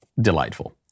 delightful